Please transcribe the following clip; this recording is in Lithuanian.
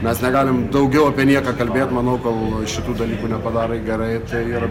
mes negalim daugiau apie nieką kalbėt manau kol šitų dalykų nepadarai gerai tai ir